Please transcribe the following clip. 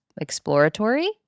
exploratory